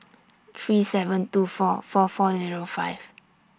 three seven two four four four Zero five